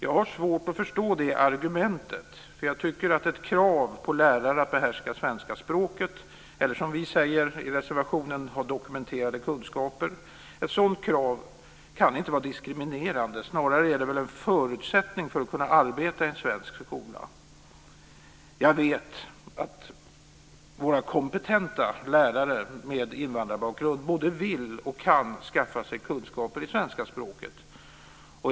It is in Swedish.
Jag har svårt att förstå det argumentet, eftersom jag tycker att ett krav på lärare att behärska svenska språket eller, som vi säger i reservationen, att ha dokumenterade kunskaper inte kan vara diskriminerande. Snarare är det väl en förutsättning för att kunna arbeta i en svensk skola. Jag vet att våra kompetenta lärare med invandrarbakgrund både vill och kan skaffa sig kunskaper i svenska språket.